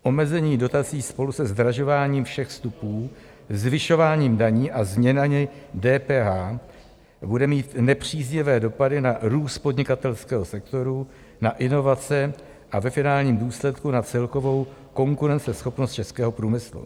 Omezení dotací spolu se zdražováním všech vstupů, zvyšováním daní a změnami DPH bude mít nepříznivé dopady na růst podnikatelského sektoru, na inovace a ve finálním důsledku na celkovou konkurenceschopnost českého průmyslu.